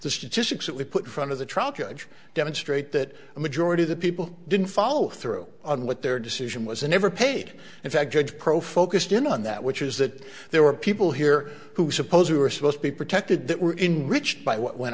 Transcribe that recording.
the statistics that we put in front of the trial judge demonstrate that the majority of the people didn't follow through on what their decision was and ever paid in fact judge pro focused in on that which is that there were people here who suppose we were supposed to be protected that were in rich by what went